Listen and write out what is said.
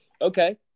Okay